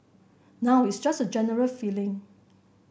now it's just a general feeling